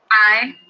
aye.